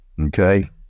Okay